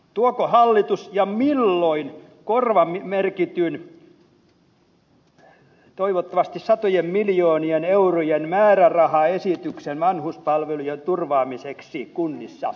tuoko hallitus ja milloin korvamerkityn toivottavasti satojen miljoonien eurojen määrärahaesityksen vanhuspalvelujen turvaamiseksi kunnissa